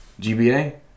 GBA